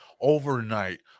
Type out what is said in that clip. overnight